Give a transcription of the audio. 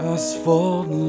Asphalt